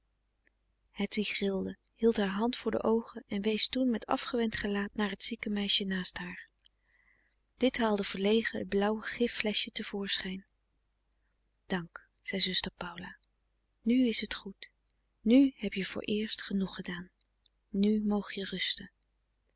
rilde hield haar hand voor de oogen en wees toen met afgewend gelaat naar het zieke meisje naast haar dit haalde verlegen het blauwe gif fleschje te voorschijn frederik van eeden van de koele meren des doods dank zei zuster paula nu is t goed nu heb je vooreerst genoeg gedaan nu moog je